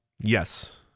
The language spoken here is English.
Yes